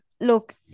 look